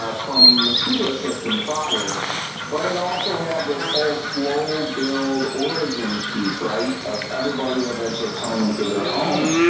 ah from the studio system prior but it also had this whole slow build origin piece right of everybody eventually coming into their own